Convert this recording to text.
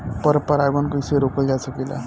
पर परागन कइसे रोकल जा सकेला?